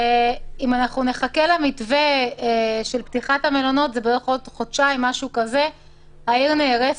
אם נחכה למתווה של פתיחת המלונות זה בערך בעוד חודשיים העיר נהרסת.